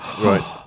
Right